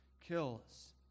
kills